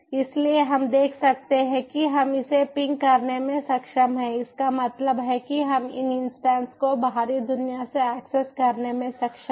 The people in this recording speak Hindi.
इसलिए हम देख सकते हैं कि हम इसे पिंग करने में सक्षम हैं इसका मतलब है कि हम इन इन्स्टन्स को बाहरी दुनिया से एक्सेस करने में सक्षम हैं